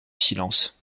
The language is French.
silence